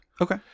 Okay